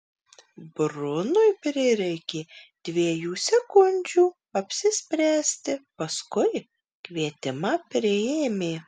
brunui prireikė dviejų sekundžių apsispręsti paskui kvietimą priėmė